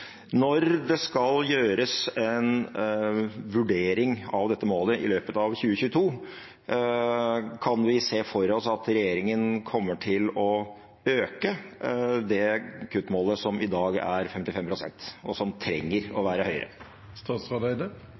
Det skal gjøres en vurdering av dette målet i løpet av 2022. Kan vi se for oss at regjeringen kommer til å øke det kuttmålet som i dag er 55 pst., og som trenger å være høyere?